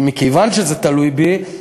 מכיוון שזה תלוי בי,